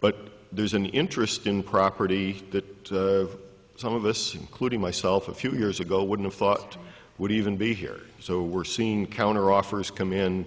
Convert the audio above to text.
but there's an interest in property that some of us including myself a few years ago wouldn't thought would even be here so we're seen counteroffers come in